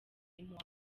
impuhwe